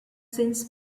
since